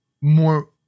more